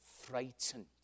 frightened